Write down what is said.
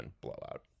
blowout